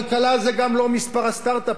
כלכלה זה גם לא מספר הסטארט-אפים.